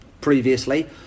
previously